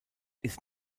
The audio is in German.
ist